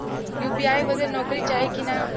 UPI बदे नौकरी चाही की ना?